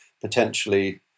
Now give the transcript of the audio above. potentially